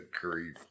grief